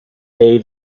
day